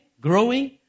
growing